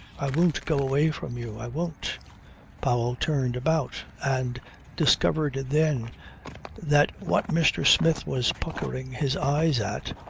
i won't go away from you. i won't powell turned about and discovered then that what mr. smith was puckering his eyes at,